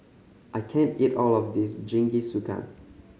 I can't eat all of this Jingisukan